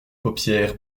paupières